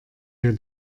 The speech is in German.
wir